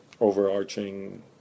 overarching